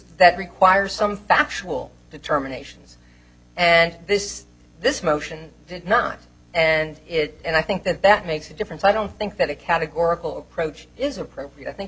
that require some factual determination and this this motion and it and i think that that makes a difference i don't think that a categorical approach is appropriate i think